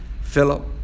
Philip